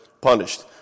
punished